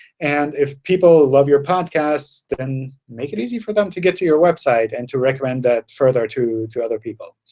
and if people love your podcast, then make it easy for them to get to your website and to recommend that further to to other people.